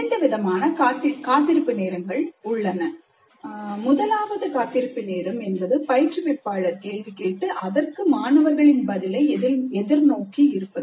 இரண்டு விதமான காத்திருப்பு நேரங்கள் உள்ளன முதலாவது காத்திருப்பு நேரம் என்பது பயிற்றுவிப்பாளர் கேள்வி கேட்டு அதற்கு மாணவர்களின் பதிலை எதிர்நோக்கி இருப்பது